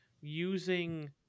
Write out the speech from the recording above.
using